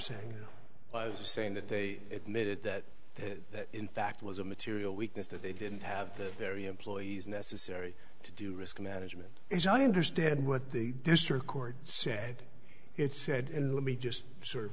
saying saying that they admitted that that in fact was a material weakness that they didn't have the very employees necessary to do risk management is i understand what the district court said it said and let me just sort of